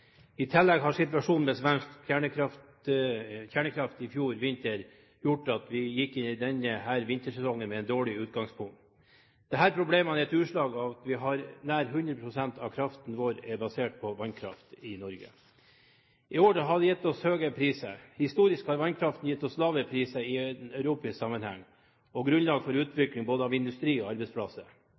I tillegg har situasjonen med svensk kjernekraft i fjor vinter gjort at vi gikk inn i denne vintersesongen med et dårlig utgangspunkt. Disse problemene er et utslag av at nær 100 pst. av kraften i Norge er basert på vannkraft. I år har dette gitt oss høyere priser. Historisk har vannkraften gitt oss lave priser i europeisk sammenheng og grunnlag for utvikling både av industri og av arbeidsplasser.